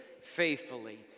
faithfully